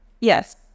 yes